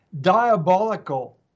diabolical